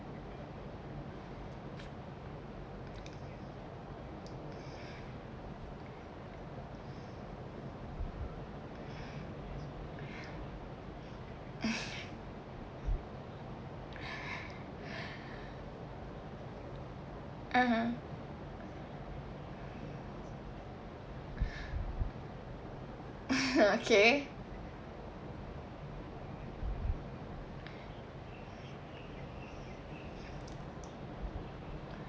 (uh huh) okay